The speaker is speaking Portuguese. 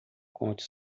conte